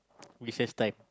recess time